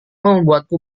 membuatku